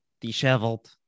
disheveled